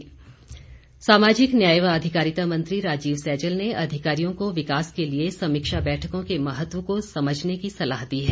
सैजल सामाजिक न्याय व अधिकारिता मंत्री राजीव सैजल अधिकारियों को विकास के लिए समीक्षा बैठकों के महत्व को समझने की सलाह दी है